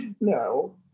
No